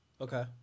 Okay